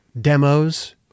Demos